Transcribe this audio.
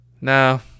No